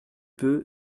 peut